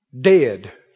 Dead